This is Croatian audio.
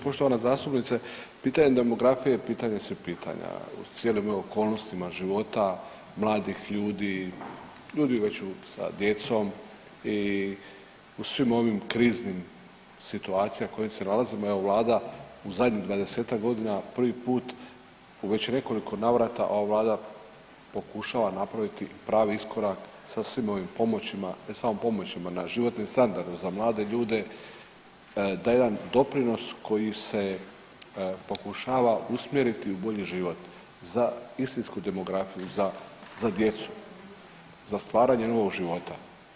Poštovana zastupnice pitanje demografije je pitanje svih pitanja … okolnostima života, mladih ljudi, ljudi već sa djecom i u svim ovim kriznim situacijama u kojim se nalazimo evo vlada u zadnjih 20-ak godina prvi put u već nekoliko navrata ova vlada pokušava napraviti pravi iskorak sa svim ovim pomoćima, ne samo pomoćima na životni standard za mlade ljude da jedan doprinos koji se pokušava usmjeriti u bolji život za istinsku demografiju, za, za djecu, za stvaranje novog života.